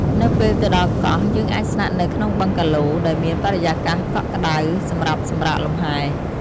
នៅពេលទៅដល់កោះ យើងអាចស្នាក់នៅក្នុងបឹងហ្គាឡូ ដែលមានបរិយាកាសកក់ក្ដៅសម្រាប់សម្រាកលំហែ។